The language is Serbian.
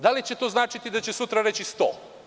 Da li će to značiti da će sutra reći sto?